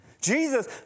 Jesus